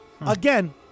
Again